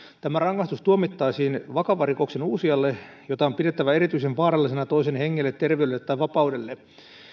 tämä rangaistus tuomittaisiin vakavan rikoksen uusijalle jota on pidettävä erityisen vaarallisena toisen hengelle terveydelle tai vapaudelle